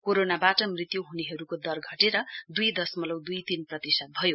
कोरोनाबाट मृत्यु हुनेहरुको दर घटेर दुई दशमलउ दुई तीन प्रतिशत भयो